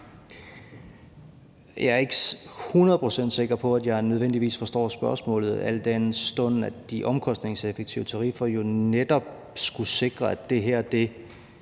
procent sikker på, at jeg nødvendigvis forstår spørgsmålet, al den stund at de omkostningseffektive tariffer jo netop skulle sikre, at det her kommer